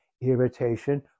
Irritation